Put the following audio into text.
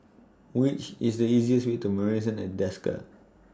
Which IS The easiest Way to Marrison At Desker